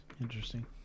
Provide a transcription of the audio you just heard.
Interesting